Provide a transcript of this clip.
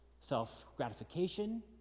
self-gratification